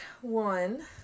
one